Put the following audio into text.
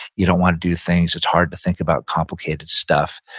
you don't want to do things, it's hard to think about complicated stuff.